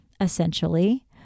essentially